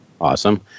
Awesome